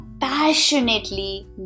passionately